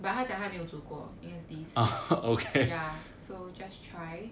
but 她讲她没有做过因为是第一次 ya so just try